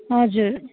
हजुर